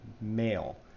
male